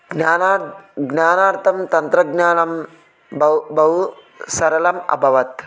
ज्ञानात् ज्ञानार्थं तन्त्रज्ञानं बहु बहु सरलम् अभवत्